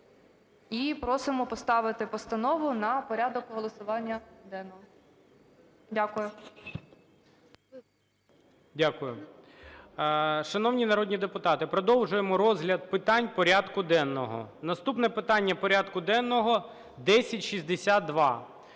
І просимо поставити постанову на порядок, голосування, денного. Дякую. ГОЛОВУЮЧИЙ. Дякую. Шановні народні депутати, продовжуємо розгляд питань порядку денного. Наступне питання порядку денного 1062.